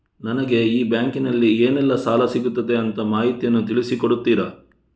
ನನಗೆ ಈ ಬ್ಯಾಂಕಿನಲ್ಲಿ ಏನೆಲ್ಲಾ ಸಾಲ ಸಿಗುತ್ತದೆ ಅಂತ ಮಾಹಿತಿಯನ್ನು ತಿಳಿಸಿ ಕೊಡುತ್ತೀರಾ?